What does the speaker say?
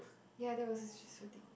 ya that was a stressful date